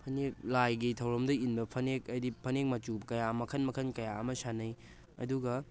ꯐꯅꯦꯛ ꯂꯥꯏꯒꯤ ꯊꯧꯔꯝꯗ ꯏꯟꯕ ꯐꯅꯦꯛ ꯍꯥꯏꯗꯤ ꯐꯅꯦꯛ ꯃꯆꯨ ꯀꯌꯥ ꯃꯈꯟ ꯃꯈꯟ ꯀꯌꯥ ꯑꯃ ꯁꯥꯅꯩ ꯑꯗꯨꯒ